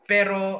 Pero